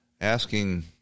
asking